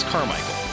Carmichael